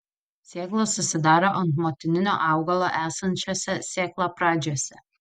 sėklos susidaro ant motininio augalo esančiuose sėklapradžiuose